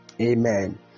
Amen